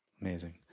Amazing